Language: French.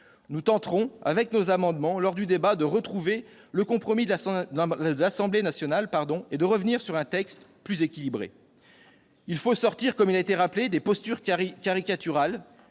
Nous tenterons, avec nos amendements, lors du débat, de retrouver le compromis de l'Assemblée nationale et de revenir à un texte plus équilibré. Il faut sortir des postures caricaturales,